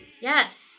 yes